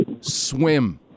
Swim